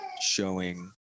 showing